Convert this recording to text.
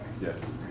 Yes